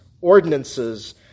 ordinances